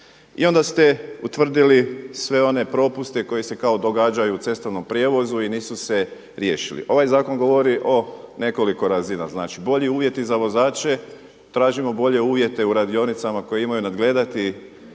i onda ste utvrdili sve one propuste koje se kao događaju u cestovnom prijevozu i nisu se riješili. Ovaj zakon govori o nekoliko razina, znači bolji uvjeti za vozače, tražimo bolje uvjete u radionicama koje imaju nadgledati